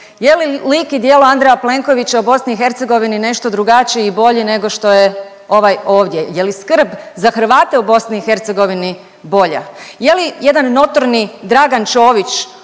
Je li lik i djelo Andreja Plenkovića u BiH nešto drugačiji i bolji nego što je ovaj ovdje? Je li skrb za Hrvate u BiH bolja? Je li jedan notorni Dragan Čović